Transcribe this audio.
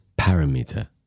parameter